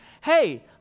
hey